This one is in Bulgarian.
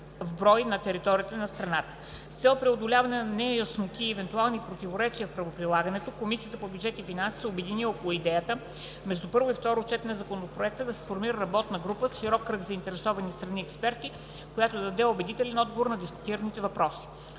на територията на страната. С цел преодоляване на неясноти и евентуални противоречия в правоприлагането, Комисията по бюджет и финанси се обедини около идеята между първо и второ четене на законопроекта, да се сформира работна група от широк кръг от заинтересовани страни и експерти, която да даде убедителен отговор на дискутираните въпроси.